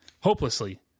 Hopelessly